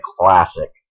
classic